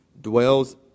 dwells